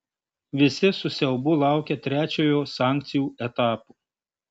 visi su siaubu laukia trečiojo sankcijų etapo